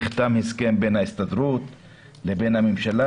נחתם הסכם בין ההסתדרות לבין הממשלה,